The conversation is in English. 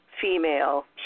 female